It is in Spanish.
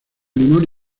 limón